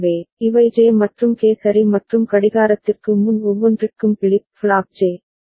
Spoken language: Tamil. எனவே இவை ஜே மற்றும் கே சரி மற்றும் கடிகாரத்திற்கு முன் ஒவ்வொன்றிற்கும் பிளிப் ஃப்ளாப் ஜே